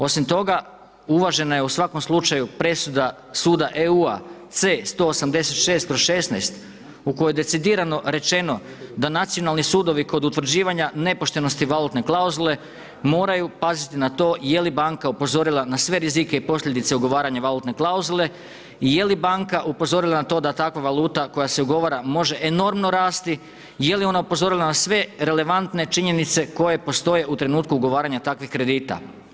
Osim toga uvažena je u svakom slučaju presuda suda EU-a C 186/16 u kojoj je decidirano rečeno da nacionalni sudovi kod utvrđivanja nepoštenosti valutne klauzule moraju paziti na to je li banka upozorila na sve rizike i posljedice ugovaranja valutne klauzule, je li banka upozorila na to da takva valuta koja se ugovara može enormno rasti, je li ona upozorila na sve relevantne činjenice koje postoje u trenutku ugovaranja takvih kredita.